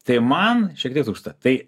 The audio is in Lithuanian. tai man šiek tiek trūksta tai